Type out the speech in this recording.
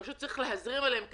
פשוט צריך להזרים אליהן כסף.